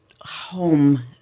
home